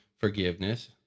forgiveness